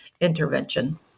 intervention